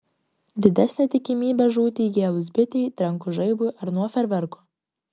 didesnė tikimybė žūti įgėlus bitei trenkus žaibui ar nuo fejerverkų